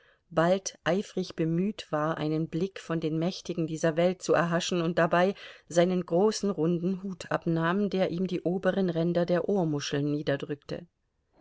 bald eifrig bemüht war einen blick von den mächtigen dieser welt zu erhaschen und dabei seinen großen runden hut abnahm der ihm die oberen ränder der ohrmuscheln niederdrückte